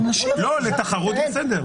לתחרות זה בסדר.